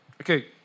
Okay